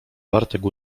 bartek